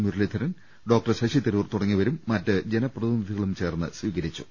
Muraleedharan doctor Shashi Tharoor തുടങ്ങിയവരും മറ്റു ജനപ്രതിനിധികളും ചേർന്ന് സ്വീക രിച്ചു